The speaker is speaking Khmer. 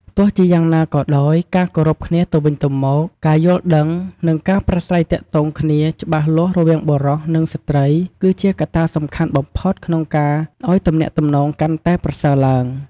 ទោះជាយ៉ាងណាក៏ដោយ ការគោរពគ្នាទៅវិញទៅមក ការយល់ដឹង និងការប្រាស្រ័យទាក់ទងគ្នាច្បាស់លាស់រវាងបុរស និងស្ត្រី គឺជាកត្តាសំខាន់បំផុតក្នុងការអោយទំនាក់ទំនងកាន់តែប្រសើរឡើង។